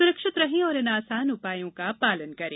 सुरक्षित रहें और इन आसान उपायों का पालन करें